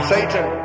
Satan